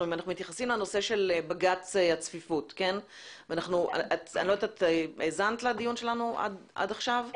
מתייחסים לנושא של בג"ץ הצפיפות האזנת לדיון שלנו עד עכשיו?